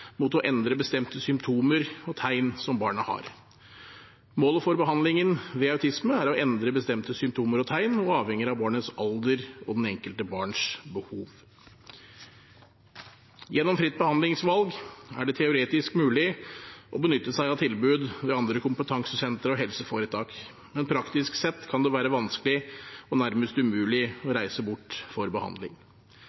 mot å endre bestemte symptomer og tegn som barnet har. Målet for behandlingen ved autisme er å endre bestemte symptomer og tegn og avhenger av barnets alder og det enkelte barns behov. Gjennom fritt behandlingsvalg er det teoretisk mulig å benytte seg av tilbud ved andre kompetansesentre og helseforetak, men praktisk sett kan det være vanskelig og nærmest umulig å